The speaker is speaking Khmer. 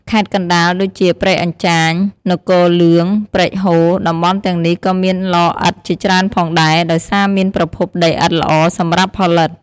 ខេត្តកណ្តាល ដូចជា ព្រែកអញ្ចាញ នគរលឿង ព្រែកហូរ តំបន់ទាំងនេះក៏មានឡឥដ្ឋជាច្រើនផងដែរ ដោយសារមានប្រភពដីឥដ្ឋល្អសម្រាប់ផលិត។